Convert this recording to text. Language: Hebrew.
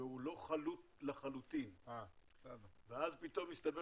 והוא לא חלוט לחלוטין ואז פתאום מסתבר